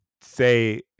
say